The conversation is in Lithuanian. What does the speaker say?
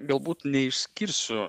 galbūt neišskirsiu